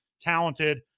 talented